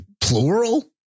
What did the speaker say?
plural